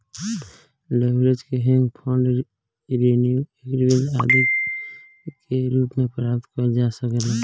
leverage के hedge fund renew increment आदि के रूप में प्राप्त कईल जा सकेला